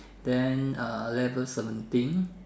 then uh level seventeen